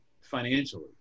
financially